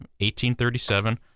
1837